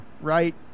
right